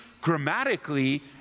grammatically